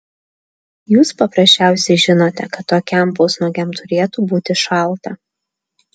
jūs paprasčiausiai žinote kad tokiam pusnuogiam turėtų būti šalta